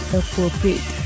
appropriate